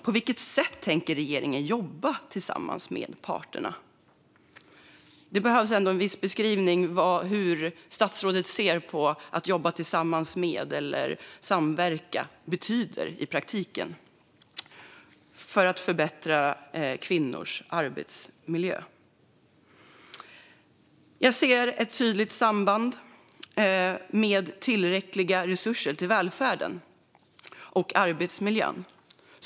På vilket sätt tänker regeringen jobba tillsammans med parterna för att förbättra kvinnors arbetsmiljö? Det behövs en viss beskrivning av statsrådet. Vad betyder det i praktiken att man jobbar tillsammans eller samverkar? Jag ser ett tydligt samband mellan tillräckliga resurser till välfärden och arbetsmiljön.